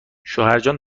شوهرجان